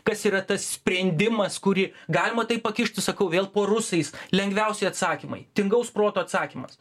kas yra tas sprendimas kurį galima taip pakišti sakau vėl po rusais lengviausi atsakymai tingaus proto atsakymas